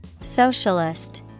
Socialist